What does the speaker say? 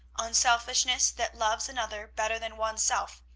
unselfishness that loves another better than one's self,